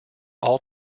all